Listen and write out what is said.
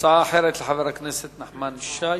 הצעה אחרת לחבר הכנסת נחמן שי.